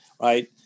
right